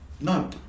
no